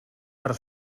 per